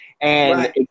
And-